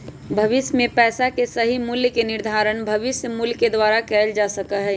भविष्य में पैसा के सही मूल्य के निर्धारण भविष्य मूल्य के द्वारा कइल जा सका हई